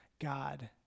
God